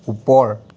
ওপৰ